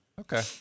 Okay